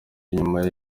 nyuma